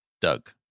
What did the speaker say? Doug